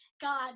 God